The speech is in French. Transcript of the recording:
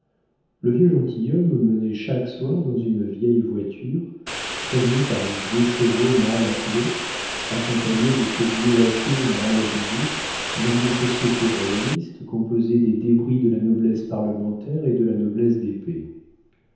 le vieux gentilhomme le menait chaque soir dans une vieille voiture traînée par de vieux chevaux mal attelés accompagné de ses vieux laquais mal habillés dans une société royaliste composée des débris de la noblesse parlementaire et de la noblesse